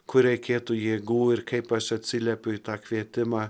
kur reikėtų jėgų ir kaip aš atsiliepiu į tą kvietimą